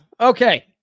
Okay